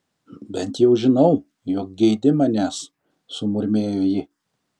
bent jau žinau jog geidi manęs sumurmėjo ji